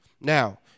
Now